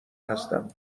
هستم